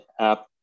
app